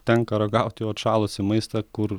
tenka ragauti jau atšalusį maistą kur